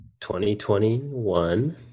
2021